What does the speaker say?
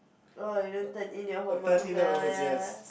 oh you don't turn in your homework